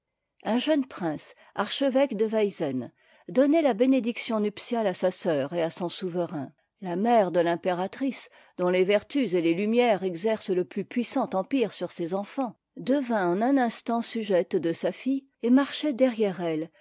un jeune prince archevêque dewaizen donnait la bénédiction nuptiale à sa sœur et à son souverain la mère de l'impératrice dont les vertus et les lumières exercent le plus puissant empire sur ses enfants devint en un instant sujette de sa fille et marchait derrière elle